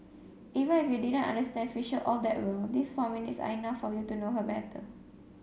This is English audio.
even if you didn't understand fisher all that well these four minutes are enough for you to know her better